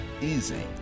easy